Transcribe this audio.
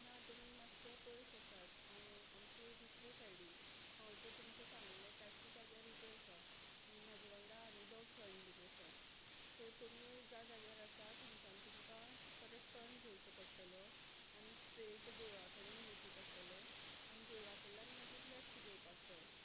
ना तुमी मातशें पयस आसात आमचे दुसरे सायडीन हांव जे तुमकां सांगले त्याच जाग्यार उबे आसा आनी म्हाजे वांगडा आनी दोग जाण बीन आसात सो तुमी ज्या जाग्यार आसा थंयच्यान तुमकां परत टर्न घेवचो पडटलो आनी स्ट्रेट देवळा कडेन येवचें पडटले आनी देवळा कडल्यान मागीर लॅफ्ट घेवपाक जाय